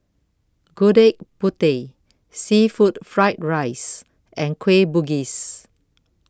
Gudeg Putih Seafood Fried Rice and Kueh Bugis